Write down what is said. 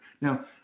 Now